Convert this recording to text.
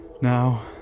Now